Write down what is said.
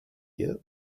year